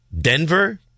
Denver